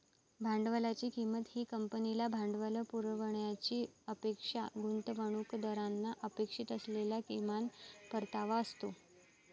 भांडवलाची किंमत ही कंपनीला भांडवल पुरवण्याची अपेक्षा गुंतवणूकदारांना अपेक्षित असलेला किमान परतावा असतो